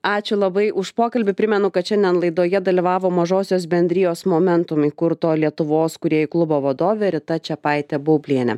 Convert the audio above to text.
ačiū labai už pokalbį primenu kad šiandien laidoje dalyvavo mažosios bendrijos momentum įkurto lietuvos kūrėjų klubo vadovė rita čepaitė baublienė